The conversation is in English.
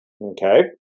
Okay